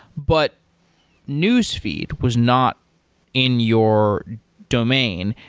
but newsfeed was not in your domain.